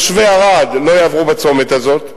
תושבי ערד לא יעברו בצומת הזה,